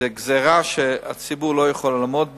זו גזירה שהציבור לא יכול לעמוד בה.